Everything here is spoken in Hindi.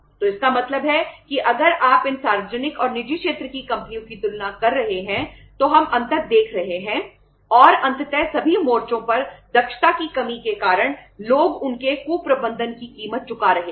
तो इसका मतलब है कि अगर आप इन सार्वजनिक और निजी क्षेत्र की कंपनियों की तुलना कर रहे हैं तो हम अंतर देख रहे हैं और अंततः सभी मोर्चों पर दक्षता की कमी के कारण लोग उनके कुप्रबंधन की कीमत चुका रहे हैं